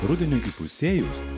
rudeniui įpusėjus